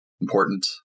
Important